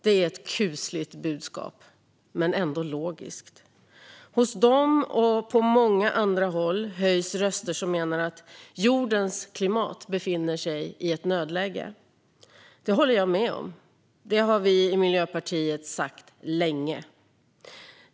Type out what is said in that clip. Det är ett kusligt budskap, men ändå logiskt. Hos dem och på många andra håll höjs röster som menar att jordens klimat befinner sig i ett nödläge. Det håller jag med om. Det har vi i Miljöpartiet sagt länge.